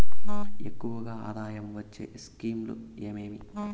ఎక్కువగా ఆదాయం వచ్చే స్కీమ్ లు ఏమేమీ?